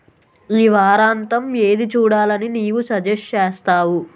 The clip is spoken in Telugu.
ఈ వారాంతం ఏది చూడాలని నీవు సజెస్ట్ చేస్తావు